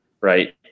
right